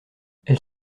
elle